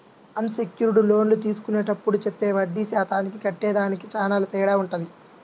అన్ secured లోన్లు తీసుకునేప్పుడు చెప్పే వడ్డీ శాతానికి కట్టేదానికి చానా తేడా వుంటది